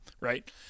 Right